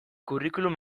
curriculum